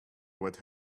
what